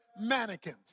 mannequins